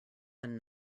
than